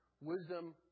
Wisdom